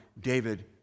David